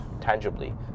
tangibly